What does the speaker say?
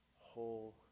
whole